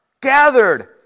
gathered